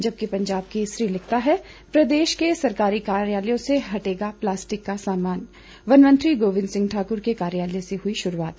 जबकि पंजाब केसरी लिखता है प्रदेश के सरकारी कार्यालयों से हटेगा प्लास्टिक का सामान वन मंत्री गोविंद सिंह ठाकुर के कार्यालय से हुई शुरूआत